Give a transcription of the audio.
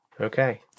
Okay